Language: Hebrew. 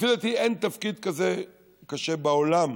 לפי דעתי אין תפקיד כזה קשה בעולם.